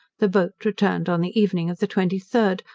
the boat returned on the evening of the twenty third,